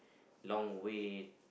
long way